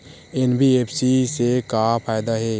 NBFC से का फ़ायदा हे?